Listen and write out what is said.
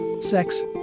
Sex